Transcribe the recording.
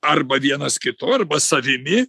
arba vienas kitu arba savimi